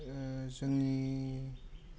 जोंनि